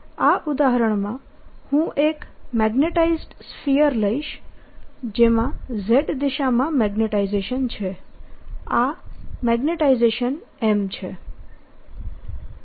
આ ઉદાહરણમાં હું એક મેગ્નેટાઈઝડ સ્ફીયર લઈશ જેમાં z દિશામાં મેગ્નેટાઈઝેશન છે આ મેગ્નેટાઈઝેશન M છે